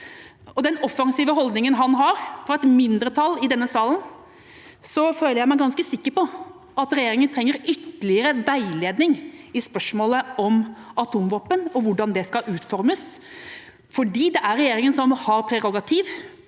den offensive holdningen han har, på et mindretall i denne salen, føler jeg meg ganske sikker på at regjeringen trenger ytterligere veiledning i spørsmålet om atomvåpen og hvordan det skal utformes. Det er regjeringen som har prerogativ,